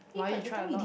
why you try a lot